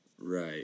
right